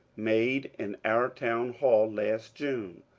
made in our town hall last june.